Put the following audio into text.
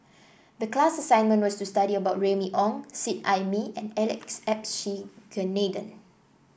the class assignment was to study about Remy Ong Seet Ai Mee and Alex Abisheganaden